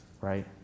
right